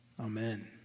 Amen